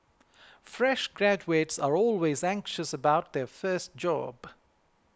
fresh graduates are always anxious about their first job